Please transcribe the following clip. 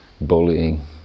bullying